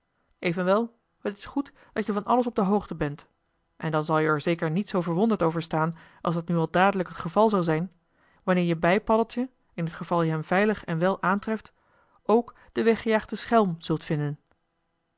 evenwel het is goed dat je van alles op de hoogte bent en dan zal je er zeker niet zoo verwonderd over staan als dat nu al dadelijk het geval zal zijn wanneer je bij paddeltje in het geval je hem veilig en wel aantreft ook den weggejaagden schelm zult vinden